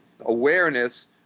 awareness